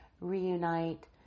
reunite